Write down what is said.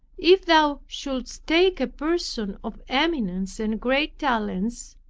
if thou shouldst take a person of eminence and great talents,